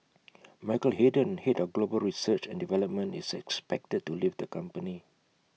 Michael Hayden Head of global research and development is expected to leave the company